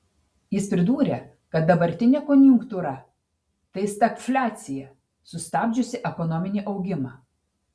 jis pridūrė kad dabartinė konjunktūra tai stagfliacija sustabdžiusi ekonominį augimą